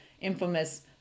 infamous